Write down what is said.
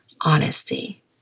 honesty